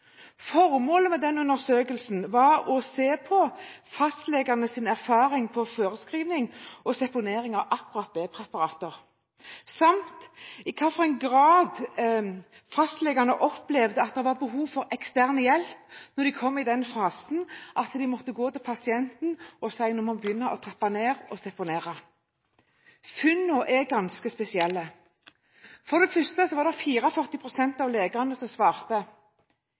Formålet med den undersøkelsen var å se på fastlegenes erfaring med forskriving og seponering av nettopp B-preparater samt i hvilken grad fastlegene opplevde at det var behov for ekstern hjelp når de kom til den fasen at de måtte gå til pasienten og si: Nå må vi begynne å trappe ned og seponere. Funnene er ganske spesielle. For det første var det 44 pst. av legene som svarte,